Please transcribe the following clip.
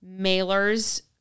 mailers